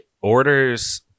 orders